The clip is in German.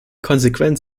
konsequent